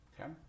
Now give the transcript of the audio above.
Okay